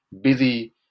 busy